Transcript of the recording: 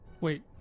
Wait